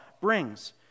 brings